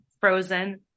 frozen